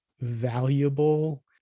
valuable